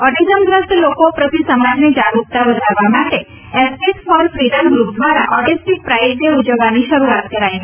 ઓટિઝમગ્રસ્ત લોકો પ્રતિ સમાજની મગરૂકતા વધારવા ામટે એસપીસ ફોર ફિડમ ગ્રુપ ધ્વારા ઓટિસ્ટિક પ્રાઇડ ડે ઉજવવાની શરૂઆત કરાઇ હતી